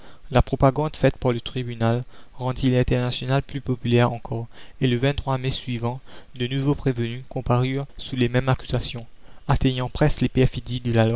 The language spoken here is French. la propagande faite par le tribunal rendit l'internationale plus populaire encore et le mai suivant de nouveaux prévenus comparurent sous les mêmes accusations atteignant presque les